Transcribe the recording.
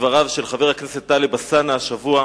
דבריו של חבר הכנסת טלב אלסאנע השבוע,